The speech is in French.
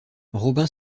robin